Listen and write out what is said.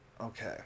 Okay